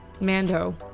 Mando